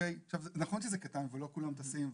נכון שזה קטן ולא כולם טסים,